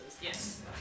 Yes